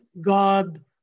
God